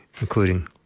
including